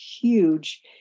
huge